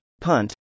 Punt